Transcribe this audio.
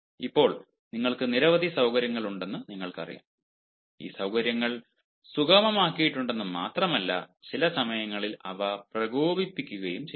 ഇപ്പോൾ നിങ്ങൾക്ക് നിരവധി സൌകര്യങ്ങളുണ്ടെന്ന് നിങ്ങൾക്കറിയാം ഈ സൌകര്യങ്ങൾ സുഗമമാക്കിയിട്ടുണ്ടെന്ന് മാത്രമല്ല ചില സമയങ്ങളിൽ അവ പ്രകോപിപ്പിക്കുകയും ചെയ്യുന്നു